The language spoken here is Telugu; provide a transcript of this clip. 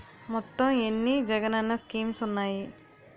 మొత్తం ఎన్ని జగనన్న స్కీమ్స్ ఉన్నాయి?